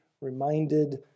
reminded